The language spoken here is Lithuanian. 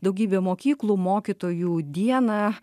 daugybė mokyklų mokytojų dieną